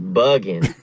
bugging